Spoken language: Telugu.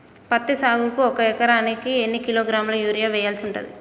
పత్తి సాగుకు ఒక ఎకరానికి ఎన్ని కిలోగ్రాముల యూరియా వెయ్యాల్సి ఉంటది?